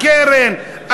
קרן,